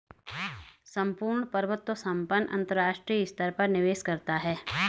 सम्पूर्ण प्रभुत्व संपन्न अंतरराष्ट्रीय स्तर पर निवेश करता है